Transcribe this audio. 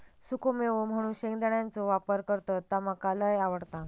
सुखो मेवो म्हणून शेंगदाण्याचो वापर करतत ता मका लय आवडता